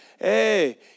Hey